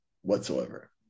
whatsoever